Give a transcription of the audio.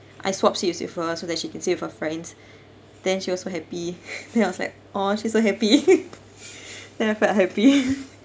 I swap seats you see for her so that she could sit with her friends then she was so happy then I was like !aww! she's so happy then I felt happy